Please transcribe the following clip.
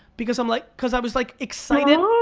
because um like because i was like excited,